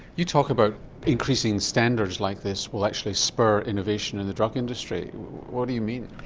you talk about increasing standards like this will actually spur innovation in the drug industry what do you mean?